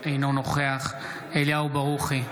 אינו נוכח אליהו ברוכי,